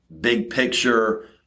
big-picture